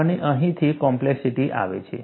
અને અહીંથી કોમ્પ્લેક્સિટી આવે છે